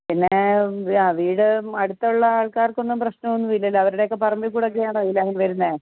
പിന്നെ ആ വീട് അടുത്തുള്ള ആൾക്കാർക്കൊന്നും പ്രശ്നമൊന്നും ഇല്ലല്ലോ അവരുടെയൊക്കെ പറമ്പിൽ കൂടെയൊക്കെയാണോ ഈ ലൈൻ വരുന്നത്